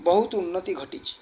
ବହୁତ ଉନ୍ନତି ଘଟିଛି